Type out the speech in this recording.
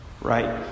Right